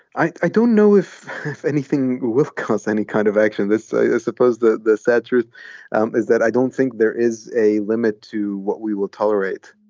i don't know if if anything will cause any kind of action. this is suppose that the sad truth um is that i don't think there is a limit to what we will tolerate